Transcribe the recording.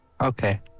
Okay